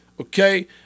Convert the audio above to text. okay